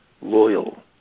loyal